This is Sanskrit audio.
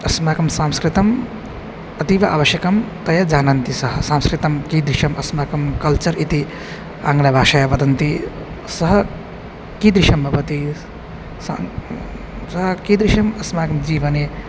अस्माकं सांस्कृतम् अतीव अवश्यकं तया जानन्ति सः सांस्कृतं कीदृशम् अस्माकं कल्चर् इति आङ्ग्लभाषया वदन्ति सः कीदृशं भवति सः कीदृशम् अस्माकं जीवने